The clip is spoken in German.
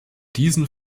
diesen